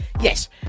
Yes